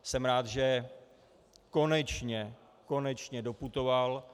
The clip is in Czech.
Jsem rád, že konečně, konečně doputoval.